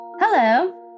Hello